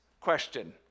question